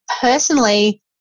personally